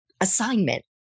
assignment